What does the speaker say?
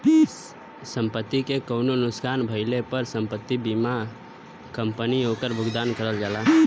संपत्ति के कउनो नुकसान भइले पर संपत्ति बीमा कंपनी ओकर भुगतान करला